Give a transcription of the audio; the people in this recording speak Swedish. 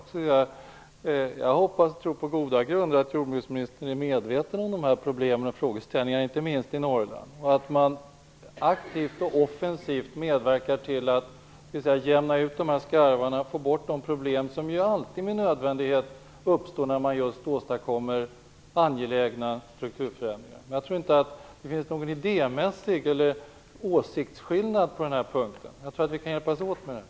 Jag hoppas och tror på goda grunder att jordbruksministern är medveten om dessa problem och frågeställningar, inte minst i Norrland. Man måste aktivt och offensivt medverka till att jämna ut dessa skarvar och få bort de problem som alltid uppstår när man åstadkommer angelägna strukturförändringar. Men jag tror inte att det finns någon åsiktsskillnad på den här punkten. Jag tror att vi kan hjälpas åt med detta.